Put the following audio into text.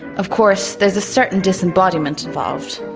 of course there's a certain disembodiment involved,